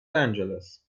angeles